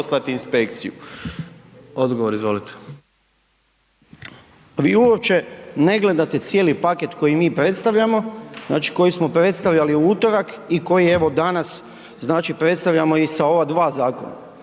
Vi uopće ne gledate cijeli pakt koji mi predstavljamo, znači koji smo predstavljali u utorak i koji evo danas znači predstavljamo i sa ova dva zakona.